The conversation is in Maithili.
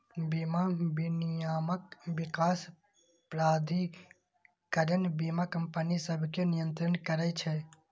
बीमा विनियामक विकास प्राधिकरण बीमा कंपनी सभकें नियंत्रित करै छै